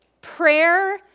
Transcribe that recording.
prayer